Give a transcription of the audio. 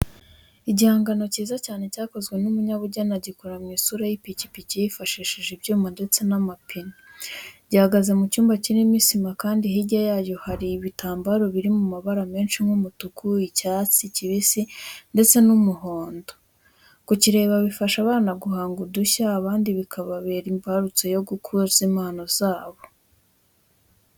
Igihangano cyiza cyane cyakozwe n'umunyabugeni, agikora mu isura y'ipikipiki yifashishije ibyuma ndetse n'amapine. Gihagaze mu cyumba kirimo isima kandi hirya yayo kandi hari ibitambaro biri mu mabara menshi nk'umutuku, icyatsi kibisi ndetse n'umuhondo. Kukireba bifasha abana guhanga udushya, abandi bikababera imbarutso yo gukuza impano zabo.